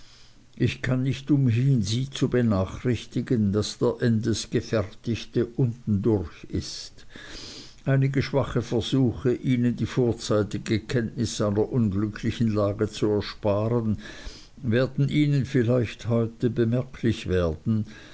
ich kann nicht umhin sie zu benachrichtigen daß der endesgefertigte unten durch ist einige schwache versuche ihnen die vorzeitige kenntnis seiner unglücklichen lage zu ersparen werden ihnen vielleicht heute bemerklich werden